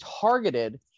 targeted